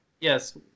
Yes